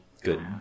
good